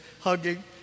hugging